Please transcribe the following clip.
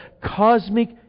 cosmic